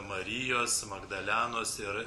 marijos magdalenos ir